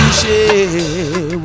share